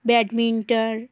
badminton